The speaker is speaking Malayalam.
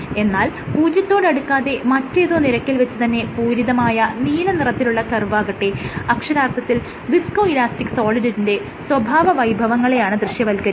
എന്നാൽ പൂജ്യത്തോടടുക്കാതെ മറ്റേതോ നിരക്കിൽ വെച്ച് തന്നെ പൂരിതമായ നീല നിറത്തിലുള്ള കർവാകട്ടെ അക്ഷരാർത്ഥത്തിൽ വിസ്കോ ഇലാസ്റ്റിക് സോളിഡിന്റെ സ്വഭാവവൈഭവങ്ങളെയാണ് ദൃശ്യവല്ക്കരിക്കുന്നത്